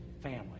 family